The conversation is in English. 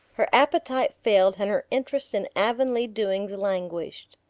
her appetite failed and her interest in avonlea doings languished.